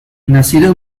nacido